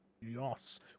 yes